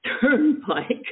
Turnpike